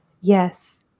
Yes